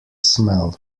smell